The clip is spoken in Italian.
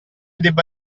debba